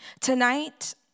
Tonight